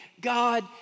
God